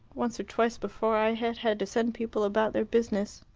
once or twice before i had had to send people about their business.